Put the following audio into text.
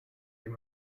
dem